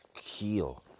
heal